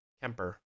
Kemper